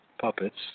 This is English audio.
puppets